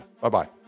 Bye-bye